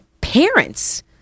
parents